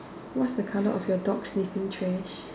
what's the colour of your dog sniffing trash